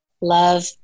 love